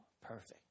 perfect